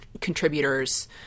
contributors